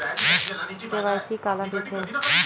KYC काला कइथे?